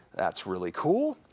that's really cool.